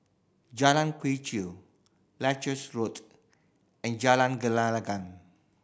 Jalan Quee Chew Leuchars Road and Jalan Gelenggang